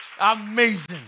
Amazing